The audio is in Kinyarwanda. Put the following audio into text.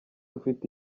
ufite